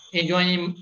enjoying